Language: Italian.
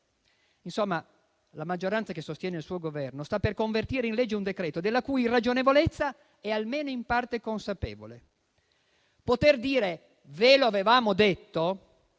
Insomma, la maggioranza che sostiene il suo Governo sta per convertire in legge un decreto-legge della cui irragionevolezza è, almeno in parte, consapevole. Poter dire «ve lo avevamo detto»